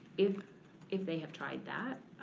if if they have tried that,